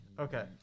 Okay